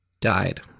died